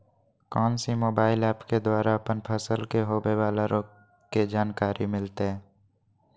कौन सी mobile app के द्वारा अपन फसल के होबे बाला रोग के जानकारी मिलताय?